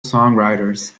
songwriters